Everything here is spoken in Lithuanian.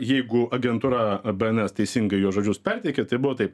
jeigu agentūra bns teisingai jo žodžius perteikė tai buvo taip